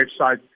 website